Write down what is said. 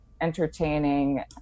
entertaining